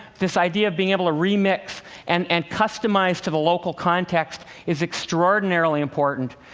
this idea of being able to remix and and customize to the local context is extraordinarily important,